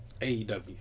AEW